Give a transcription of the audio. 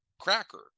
cracker